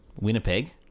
Winnipeg